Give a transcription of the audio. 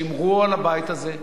שמרו על הבית הזה,